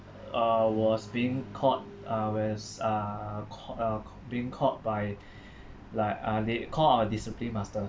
I was being caught uh with uh ca~ uh being caught by like uh they call our discipline master